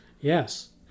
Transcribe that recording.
Yes